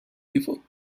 river